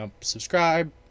subscribe